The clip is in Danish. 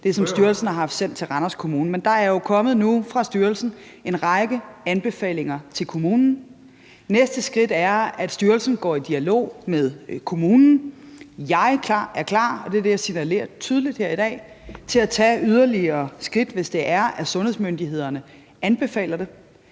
det, som styrelsen har haft sendt til Randers Kommune. (Nick Zimmermann (DF): Jo jo). Næste skridt er, at styrelsen går i dialog med kommunen. Jeg er klar – det er det, jeg signalerer tydeligt her i dag – til at tage yderligere skridt, hvis det er, at sundhedsmyndighederne anbefaler det.